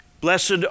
Blessed